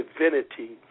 divinity